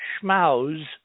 Schmaus